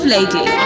Lady